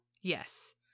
Yes